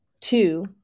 Two